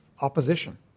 opposition